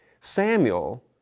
Samuel